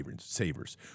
savers